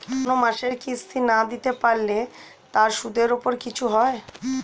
কোন মাসের কিস্তি না দিতে পারলে তার সুদের উপর কিছু হয়?